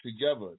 together